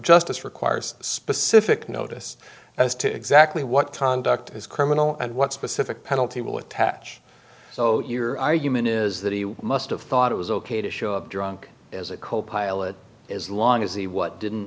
justice requires specific notice as to exactly what conduct is criminal and what specific penalty will attach so your argument is that he must have thought it was ok to show up drunk as a copilot as long as he what didn't